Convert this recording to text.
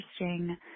interesting